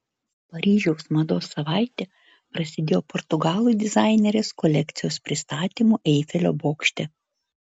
paryžiaus mados savaitė prasidėjo portugalų dizainerės kolekcijos pristatymu eifelio bokšte